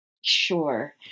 Sure